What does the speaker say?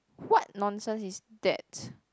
what nonsense is that